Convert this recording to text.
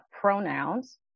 pronouns